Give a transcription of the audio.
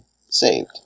saved